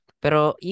Pero